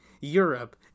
Europe